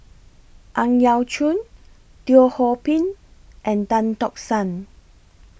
Ang Yau Choon Teo Ho Pin and Tan Tock San